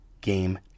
game